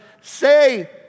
say